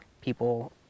people